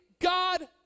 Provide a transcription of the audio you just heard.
God